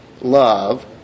love